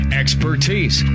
expertise